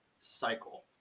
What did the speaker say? cycle